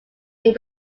made